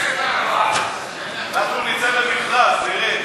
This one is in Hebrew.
אנחנו נצא למכרז, נראה.